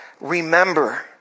Remember